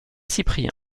cyprien